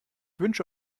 wünsche